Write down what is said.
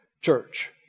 church